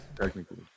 Technically